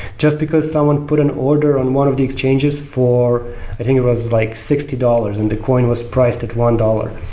just because someone put an order on one of the exchanges for i think it was like sixty dollars and the coin was priced at one dollars.